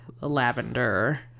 lavender